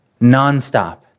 nonstop